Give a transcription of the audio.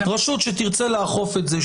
רשות שתרצה לאכוף את זה,